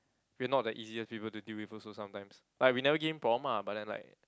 we not that easy people to deal with also sometimes like we never give him problem ah but then like